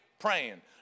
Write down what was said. praying